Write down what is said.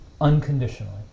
unconditionally